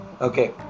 Okay